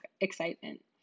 excitement